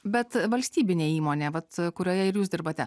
bet valstybinė įmonė vat kurioje ir jūs dirbate